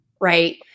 right